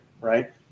right